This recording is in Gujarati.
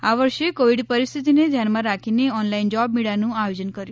આ વર્ષે કોવિડ પરિસ્થિતિને ધ્યાનમાં રાખીને ઓનલાઇન જોબ મેળાનું આયોજન કર્યું છે